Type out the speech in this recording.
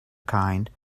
kind